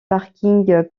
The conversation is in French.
parking